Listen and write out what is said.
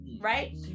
Right